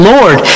Lord